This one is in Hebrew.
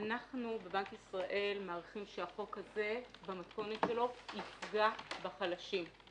אנחנו בבנק ישראל מעריכים שהחוק הזה במתכונת שלו יפגע בחלשים,